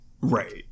right